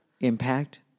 impact